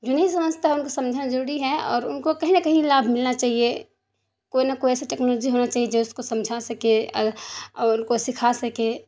جو نہیں سمجھتا ہے ان کو سمجھانا ضروری ہے اور ان کو کہیں نہ کہیں لابھ ملنا چاہیے کوئی نہ کوئی ایسی ٹیکنالوجی ہونا چاہیے جو اس کو سمجھا سکے اور ان کو سکھا سکے